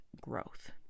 growth